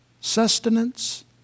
sustenance